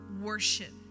worship